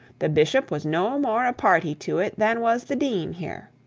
the bishop was no more a party to it than was the dean here.